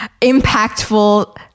impactful